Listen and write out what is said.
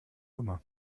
immer